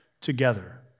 together